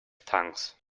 tongues